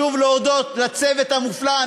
שוב להודות לצוות המופלא.